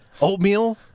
Oatmeal